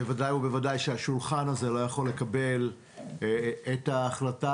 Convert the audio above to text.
בוודאי שהשולחן הזה לא יכול לקבל את ההחלטה